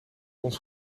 ons